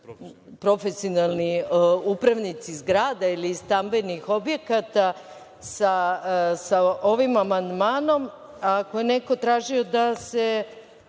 profesionalni upravnici zgrada ili stambenih objekata sa ovim amandmanom? Ako je neko tražio da se